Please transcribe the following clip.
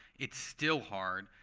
it's still hard.